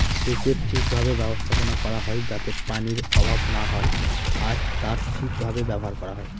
সেচের ঠিক ভাবে ব্যবস্থাপনা করা হয় যাতে পানির অভাব না হয় আর তা ঠিক ভাবে ব্যবহার করা হয়